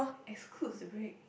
excludes the break